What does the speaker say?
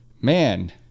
Man